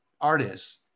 artists